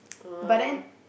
but then